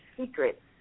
secret